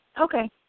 Okay